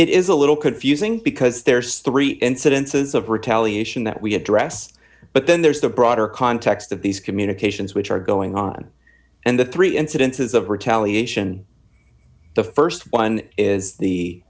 it is a little confusing because there's three incidences of retaliation that we address but then there's the broader context of these communications which are going on and the three incidences of retaliation the st one is